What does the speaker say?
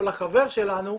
או לחבר שלנו,